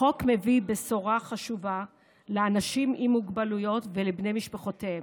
החוק מביא בשורה חשובה לאנשים עם מוגבלויות ולבני משפחותיהם.